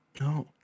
No